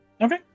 Okay